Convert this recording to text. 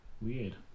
Weird